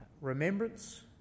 Remembrance